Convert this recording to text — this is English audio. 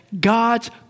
God's